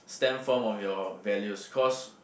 stem form of your values cause